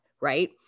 right